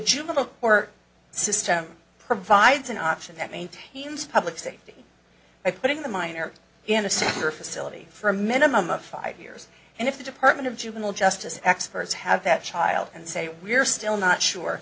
juvenile or system provides an option that maintains public safety i put in the minors in a secure facility for a minimum of five years and if the department of juvenile justice experts have that child and say we're still not sure